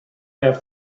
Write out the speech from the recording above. have